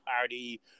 party